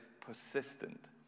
persistent